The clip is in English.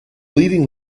leading